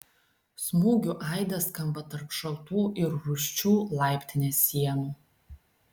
smūgių aidas skamba tarp šaltų ir rūsčių laiptinės sienų